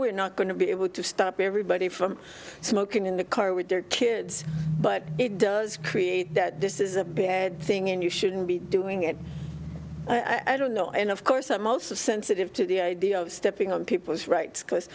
we're not going to be able to stop everybody from smoking in the car with their kids but it does create that this is a bad thing and you shouldn't be doing it i don't know and of course that most of sensitive to the idea of stepping on people's rights because